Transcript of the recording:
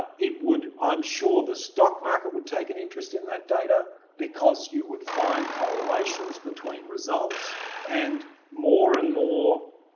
it would, i am sure, the stock market would take an interest in that data because you would find correlations between results and more and more.